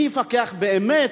מי יפקח באמת?